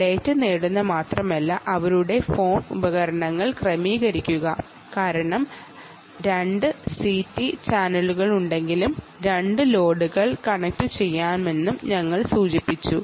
data നേടുക മാത്രമല്ല അവരുടെ ഹോം ഉപകരണങ്ങൾ ക്രമീകരിക്കുകയും ചെയ്യാം കാരണം ഇവിടെ 2 CT ചാനലുകളുണ്ടെന്നും 2 ലോഡുകൾ കണക്റ്റുചെയ്യാമെന്നും ഞങ്ങൾ സൂചിപ്പിച്ചിരുന്നു